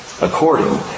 according